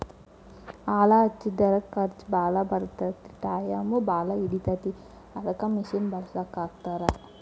ಆಳ ಹಚ್ಚಿದರ ಖರ್ಚ ಬಾಳ ಬರತತಿ ಟಾಯಮು ಬಾಳ ಹಿಡಿತತಿ ಅದಕ್ಕ ಮಿಷನ್ ಬಳಸಾಕತ್ತಾರ